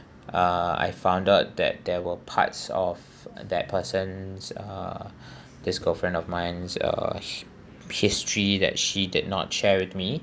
uh I found out that there were parts of that person's uh this girlfriend of mine uh history that she did not share with me